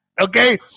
Okay